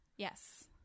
Yes